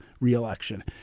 reelection